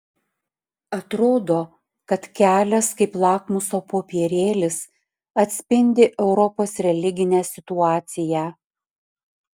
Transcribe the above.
atrodo kad kelias kaip lakmuso popierėlis atspindi europos religinę situaciją